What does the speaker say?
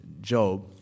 Job